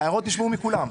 ההערות נשמעו מכולם.